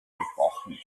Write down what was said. gebrochen